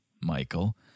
Michael